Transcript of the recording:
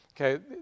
okay